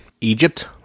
Egypt